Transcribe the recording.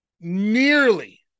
nearly